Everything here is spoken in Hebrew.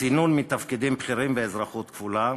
צינון מתפקידים בכירים ואזרחות כפולה,